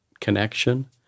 connection